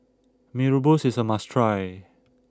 Mee Rebus is a must try